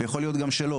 יכול להיות גם שלא,